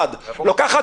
היא לוקחת אותם להרווארד,